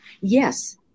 Yes